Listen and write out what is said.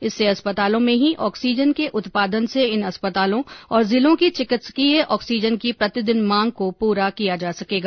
इससे अस्पतालों में ही ऑक्सीजन के उत्पादन से इन अस्पतालों और जिलों की चिकित्सकीय ऑक्सीजन की प्रतिदिन मांग को पूरा किया जा सकेगा